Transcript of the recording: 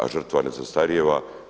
A žrtva ne zastarijeva.